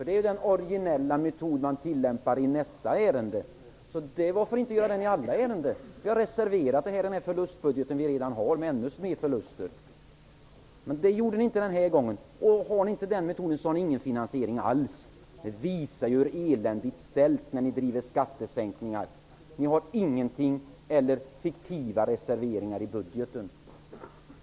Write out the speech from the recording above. Det är ju den originella metod man tillämpar i det fall vi skall diskutera härnäst, så varför inte göra det i alla? Varför inte säga att ni har reserverat det här, i den förlustbudget som ni redan har, med ännu mer förluster? Ni gjorde inte det den här gången, och om ni inte använder den metoden så har ni ingen finansiering alls. Det visar hur eländigt ställt det är när ni driver skattesänkningar. Ni har inga eller fiktiva reserveringar i budgeten.